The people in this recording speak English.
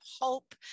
hope